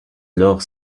lord